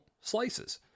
slices